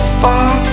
far